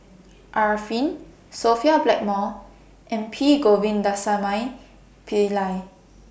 Arifin Sophia Blackmore and P Govindasamy Pillai